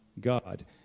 God